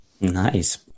Nice